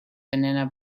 banana